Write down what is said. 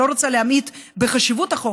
אני לא רוצה להמעיט בחשיבות החוק,